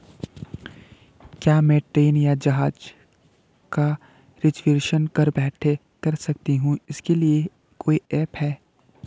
क्या मैं ट्रेन या जहाज़ का रिजर्वेशन घर बैठे कर सकती हूँ इसके लिए कोई ऐप है?